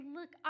look